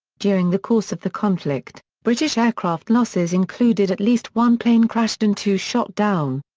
during the course of the conflict, british aircraft losses included at least one plane crashed and two shot down.